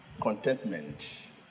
contentment